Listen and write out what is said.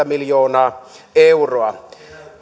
miljoonaa euroa